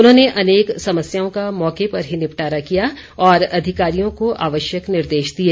उन्होंने अनेक समस्याओं का मौके पर ही निपटारा किया और अधिकारियों को आवश्यक निर्देश दिए